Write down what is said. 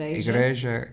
igreja